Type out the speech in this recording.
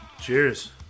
Cheers